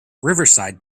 riverside